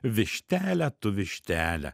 vištele tu vištele